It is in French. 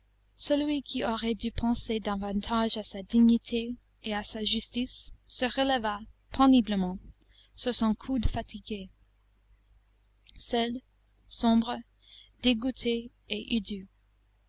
celui qui aurait dû penser davantage à sa dignité et à sa justice se releva péniblement sur son coude fatigué seul sombre dégoûté et